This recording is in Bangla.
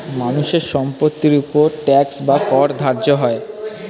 মানুষের সম্পত্তির উপর ট্যাক্স বা কর ধার্য হয়